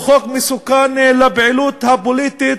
הוא חוק מסוכן לפעילות הפוליטית,